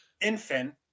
infant